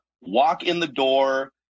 walk-in-the-door